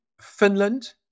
Finland